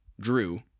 Drew